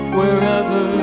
wherever